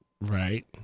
Right